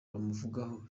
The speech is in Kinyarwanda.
bamuvugaho